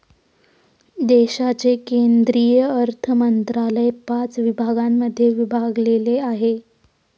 देशाचे केंद्रीय अर्थमंत्रालय पाच विभागांमध्ये विभागलेले आहे